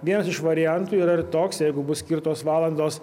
vienas iš variantų yra ir toks jeigu bus skirtos valandos